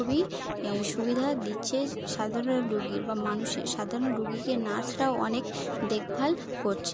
খুবই ই সুবিধা দিচ্ছে সাধারণ রোগীর বা মানুষের সাধারণ রুগীকে নার্সরাও অনেক দেখভাল করছে